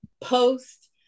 post